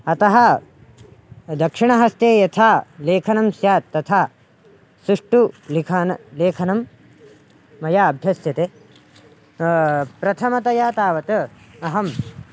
अतः दक्षिणहस्ते यथा लेखनं स्यात् तथा सुष्ठु लिखन् लेखनं मया अभ्यस्यते प्रथमतया तावत् अहं